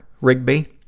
Rigby